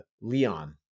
Leon